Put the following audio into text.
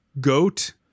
Goat